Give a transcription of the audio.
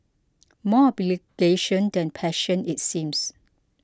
more obligation than passion it seems